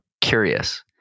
curious